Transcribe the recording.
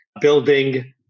building